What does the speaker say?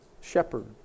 shepherd